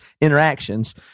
interactions